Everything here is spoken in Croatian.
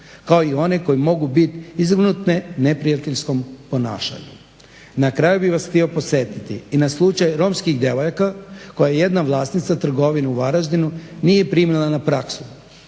kao one koje mogu biti izvrgnute neprijateljskom ponašanju. Na kraju bih vas htio podsjetiti i na slučaj romskih djevojaka koje jedna vlasnica trgovine u Varaždinu nije primila na praksu